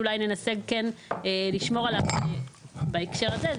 שאולי ננסה כן לשמור עליו בהקשר הזה.